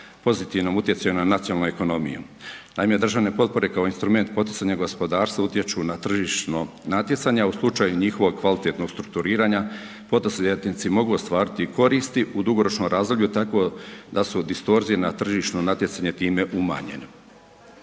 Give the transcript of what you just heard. pozitivnom utjecaju na nacionalnu ekonomiju. Naime, državne potpore kao instrument poticanja gospodarstva utječu na tržišno natjecanje a u slučaju njihovog kvalitetnog strukturiranja poduzetnici mogu ostvariti i koristi u dugoročnom razdoblju tako da su distorzije na tržišno natjecanje time umanjeni.